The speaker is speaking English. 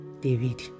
David